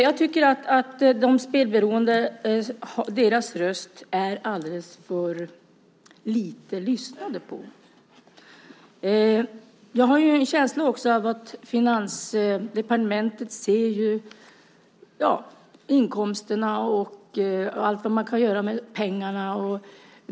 Jag tycker att det lyssnas alldeles för lite på de spelberoendes röst. Jag har också en känsla av att Finansdepartementet ser till inkomsterna och allt vad man kan göra med pengarna.